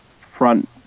front